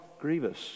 grievous